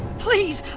please!